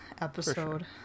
episode